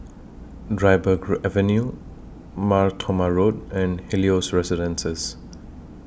Dryburgh Avenue Mar Thoma Road and Helios Residences